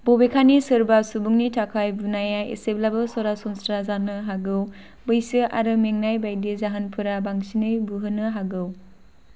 बबेखानि सोरबा सुबुंनि थाखाय बुनाया एसेब्लासो सरासनस्रा जानो हागौ बैसो आरो मेंनाय बायदि जाहोनफोरा बांसिनै बुहोनो हागौ